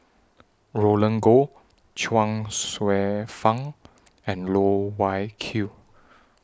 Roland Goh Chuang Hsueh Fang and Loh Wai Kiew